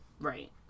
Right